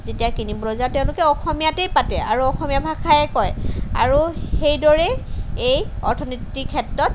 যেতিয়া কিনিবলৈ যাওঁ তেওঁলোকে অসমীয়াতেই পাতে আৰু অসমীয়া ভাষাই কয় আৰু সেইদৰেই এই অৰ্থনীতিৰ ক্ষেত্ৰত